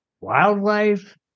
wildlife